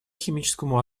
химическому